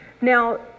Now